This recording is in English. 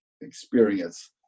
experience